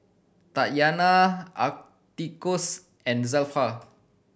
Tatyanna Atticus and Zelpha